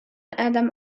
adam